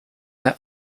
their